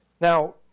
Now